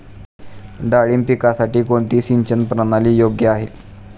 डाळिंब पिकासाठी कोणती सिंचन प्रणाली योग्य आहे?